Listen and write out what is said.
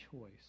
choice